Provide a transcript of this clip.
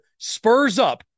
SPURSUP